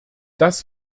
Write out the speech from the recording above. das